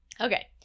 Okay